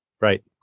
Right